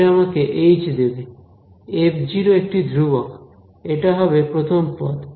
এটা আমাকে এইচ দেবে f একটি ধ্রুবক এটা হবে প্রথম পদ